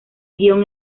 guion